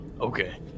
okay